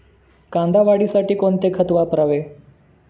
कांदा वाढीसाठी कोणते खत वापरावे?